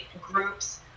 groups